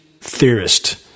theorist